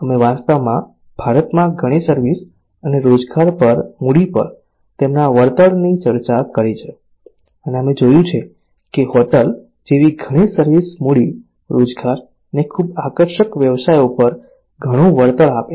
અમે વાસ્તવમાં ભારતમાં ઘણી સર્વિસ અને રોજગારી પર મૂડી પર તેમના વળતરની ચર્ચા કરી છે અને અમે જોયું છે કે હોટેલ જેવી ઘણી સર્વિસ મૂડી રોજગાર અને ખૂબ આકર્ષક વ્યવસાયો પર ઘણું વળતર આપે છે